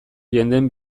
jendeen